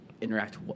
interact